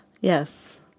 Yes